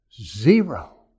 zero